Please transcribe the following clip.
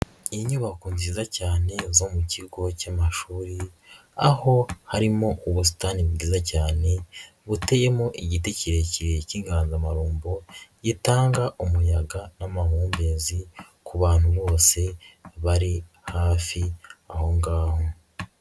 Inyubako nziza cyane zo mu kigo cy'amashuri, aho harimo ubusitani bwiza cyane buteyemo igiti kirekire cy'inganzamarumbo gitanga umuyaga n'amahumbezi ku bantu bose bari hafi aho ngaho.